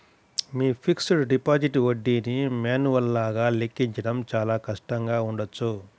మీ fixed deposit వడ్డీని మాన్యువల్గా లెక్కించడం చాలా కష్టంగా ఉండవచ్చు